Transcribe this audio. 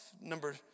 Number